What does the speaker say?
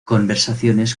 conversaciones